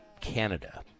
Canada